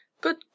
Good